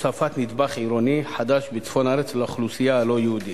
הוספת נדבך עירוני חדש בצפון הארץ לאוכלוסייה הלא-יהודית.